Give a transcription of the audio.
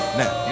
now